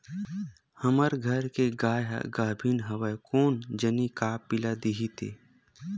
हमर घर के गाय ह गाभिन हवय कोन जनी का पिला दिही ते